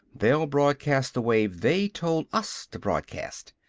they'll broadcast the wave they told us to broadcast.